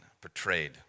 portrayed